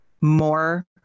More